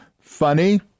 funny